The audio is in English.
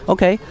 Okay